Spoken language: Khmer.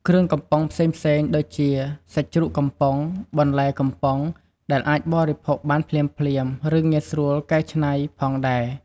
គ្រឿងកំប៉ុងផ្សេងៗ ដូចជា សាច់ជ្រូកកំប៉ុង បន្លែកំប៉ុង ដែលអាចបរិភោគបានភ្លាមៗ ឬងាយស្រួលកែច្នៃផងដែរ។